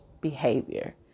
behavior